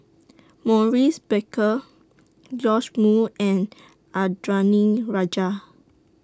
Maurice Baker Joash Moo and Indranee Rajah